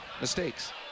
mistakes